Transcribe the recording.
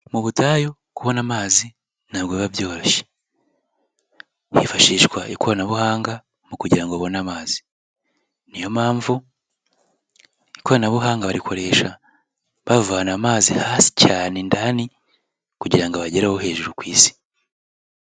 Mu butayu kubona amazi ntabwo biba byoroshye, hifashishwa ikoranabuhanga mu kugira ngo babone amazi, ni yo mpamvu ikoranabuhanga barikoresha bavana amazi hasi cyane ndani kugira ngo abagereho hejuru ku isi.